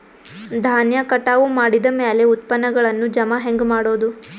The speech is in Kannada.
ಧಾನ್ಯ ಕಟಾವು ಮಾಡಿದ ಮ್ಯಾಲೆ ಉತ್ಪನ್ನಗಳನ್ನು ಜಮಾ ಹೆಂಗ ಮಾಡೋದು?